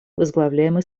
возглавляемый